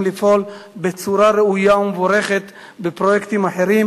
לפעול בצורה ראויה ומבורכת בפרויקטים אחרים,